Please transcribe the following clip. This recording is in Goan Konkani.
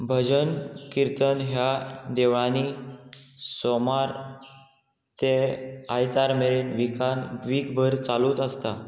भजन किर्तन ह्या देवळांनी सोमार ते आयतार मेरेन विकान व्हीकभर चालूच आसता